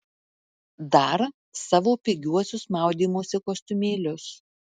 dar savo pigiuosius maudymosi kostiumėlius